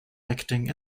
acting